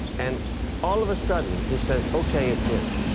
and all of a sudden he says, okay, it's in.